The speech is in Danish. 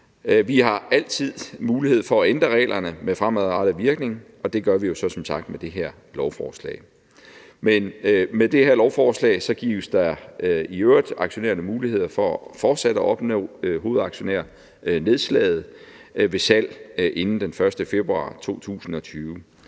Vi har altid mulighed for at ændre reglerne med fremadrettet virkning, og det gør vi så som sagt med det her lovforslag. Men med det her lovforslag gives der i øvrigt aktionærerne mulighed for fortsat at opnå hovedaktionærnedslaget ved salg inden den 1. februar 2020,